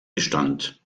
bestand